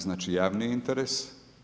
Znači javni interes.